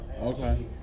Okay